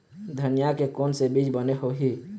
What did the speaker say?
धनिया के कोन से बीज बने होही?